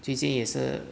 最近也是